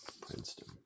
Princeton